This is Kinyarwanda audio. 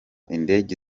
indege